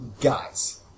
guys